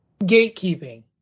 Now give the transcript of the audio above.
gatekeeping